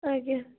ଆଜ୍ଞା